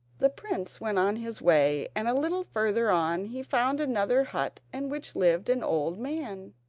the prince went on his way, and a little further on he found another hut in which lived an old man.